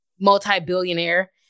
multi-billionaire